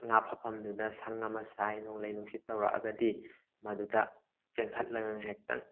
ꯉꯥ ꯐꯥꯐꯝꯗꯨꯗ ꯁꯪ ꯑꯃ ꯁꯥꯏ ꯅꯣꯡꯂꯩ ꯅꯨꯡꯁꯤꯠ ꯇꯧꯔꯛꯑꯒꯗꯤ ꯃꯗꯨꯗ ꯆꯦꯟꯈꯠꯂꯒ ꯉꯥꯏꯍꯥꯛꯇꯪ